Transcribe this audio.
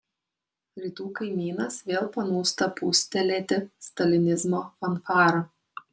rytų kaimynas vėl panūsta pūstelėti stalinizmo fanfarą